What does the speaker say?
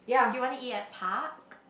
do you want to eat at park